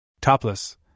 Topless